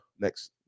Next